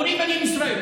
ואומרים: אני מישראל,